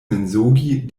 mensogi